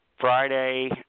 Friday